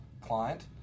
client